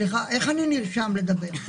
פעם אחת זה להילחם בפשיעה,